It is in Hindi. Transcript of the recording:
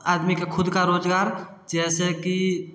आदमी का खुद का रोजगार जैसे कि